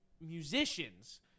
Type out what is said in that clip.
musicians